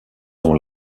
dans